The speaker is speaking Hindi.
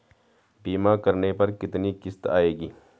बीमा करने पर कितनी किश्त आएगी?